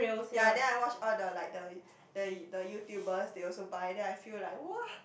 ya then I watch all the like the the the YouTubers they also buy then I feel like !wah!